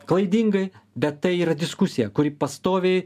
klaidingai bet tai yra diskusija kuri pastoviai